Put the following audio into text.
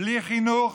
בלי חינוך